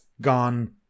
gone